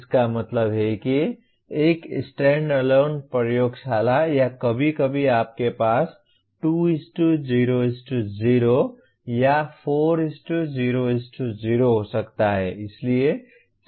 इसका मतलब है कि एक स्टैंडअलोन प्रयोगशाला या कभी कभी आपके पास 2 0 0 या 4 0 0 हो सकता है